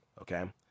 okay